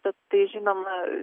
tad tai žinoma